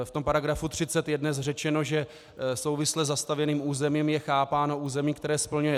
V § 30 je dnes řečeno, že souvisle zastavěném územím je chápáno území, které splňuje: